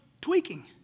tweaking